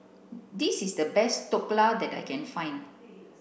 this is the best Dhokla that I can find